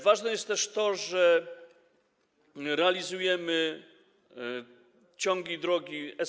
Ważne jest też to, że realizujemy ciągi drogi S51.